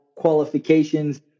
Qualifications